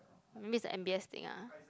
maybe is the m_b_s thing ah